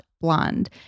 blonde